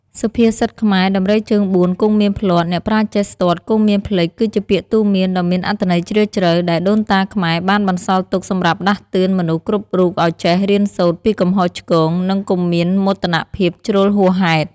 សុភាសិតខ្មែរ ដំរីជើងបួនគង់មានភ្លាត់ អ្នកប្រាជ្ញចេះស្ទាត់គង់មានភ្លេច គឺជាពាក្យទូន្មានដ៏មានអត្ថន័យជ្រាលជ្រៅ ដែលដូនតាខ្មែរបានបន្សល់ទុកសម្រាប់ដាស់តឿនមនុស្សគ្រប់រូបឱ្យចេះរៀនសូត្រពីកំហុសឆ្គង និងកុំមានមោទកភាពជ្រុលហួសហេតុ។